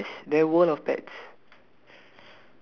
for me it's P E T E S then world of pets